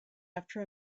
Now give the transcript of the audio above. after